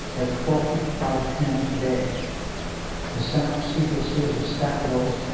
at twelve fifty five p m. today the senate proceed to a series of stacked votes,